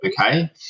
okay